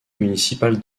municipal